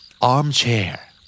Armchair